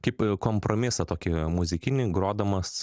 kaip kompromisą tokį muzikinį grodamas